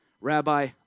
Rabbi